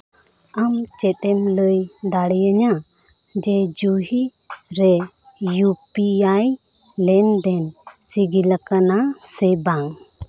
ᱟᱢ ᱪᱮᱫ ᱮᱢ ᱞᱟᱹᱭ ᱫᱟᱲᱮᱭᱟᱹᱧᱟᱹ ᱡᱮ ᱡᱚᱦᱤ ᱨᱮ ᱤᱭᱩ ᱯᱤ ᱟᱭ ᱞᱮᱱᱫᱮᱱ ᱥᱤᱜᱤᱞ ᱟᱠᱟᱱᱟ ᱥᱮ ᱵᱟᱝ